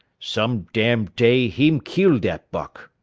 some dam day heem keel dat buck.